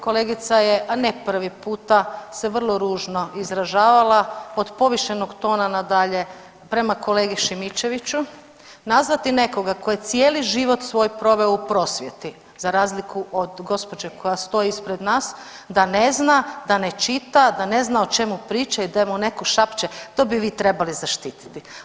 Kolegica je, a ne prvi puta se vrlo ružno izražavala, od povišenog tona na dalje prema kolegi Šimičeviću, nazvati nekoga tko je cijeli život svoj proveo u prosvjeti, za razliku od gđe. koja stoji ispred nas, da ne zna, da ne čita, da ne zna o čemu priča i da mu netko šapće, to bi vi trebali zaštititi.